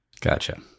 gotcha